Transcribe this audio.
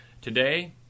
Today